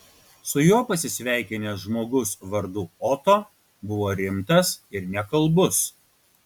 su juo pasisveikinęs žmogus vardu oto buvo rimtas ir nekalbus